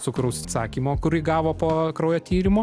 cukraus atsakymo kurį gavo po kraujo tyrimo